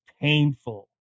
painful